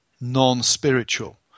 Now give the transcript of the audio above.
non-spiritual